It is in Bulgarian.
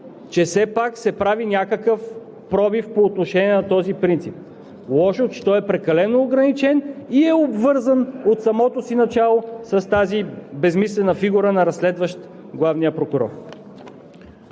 че все пак се прави някакъв пробив по отношение на този принцип. Лошо е, че той е прекалено ограничен и е обвързан от самото си начало с тази безсмислена фигура на разследващ главния прокурор.